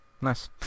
Nice